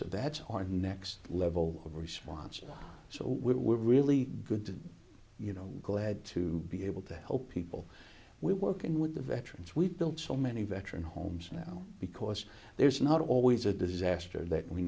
so that's our next level of response and so we were really good to you know glad to be able to help people we're working with the veterans we've built so many veteran homes now because there's not always a disaster that we